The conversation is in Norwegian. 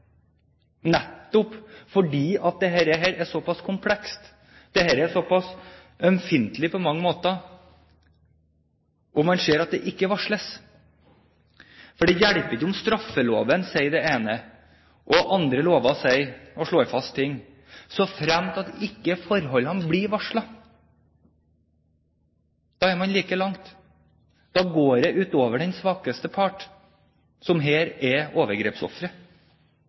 nettopp fordi dette er såpass komplekst, dette er såpass ømfintlig på mange måter, og man ser at det ikke varsles. Det hjelper ikke om straffeloven sier det ene, og andre lover slår fast ting, såfremt ikke forholdene blir varslet. Da er man like langt. Da går det ut over den svakeste part, som her er overgrepsofre.